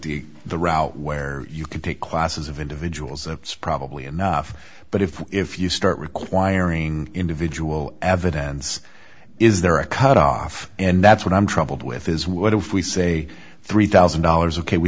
to the route where you could take classes of individuals and probably enough but if if you start requiring individual evidence is there a cut off and that's what i'm troubled with is what if we say three thousand dollars o